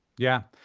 yeah.